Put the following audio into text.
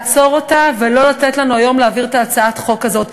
לעצור אותה ולא לתת לנו היום להעביר את הצעת החוק הזאת,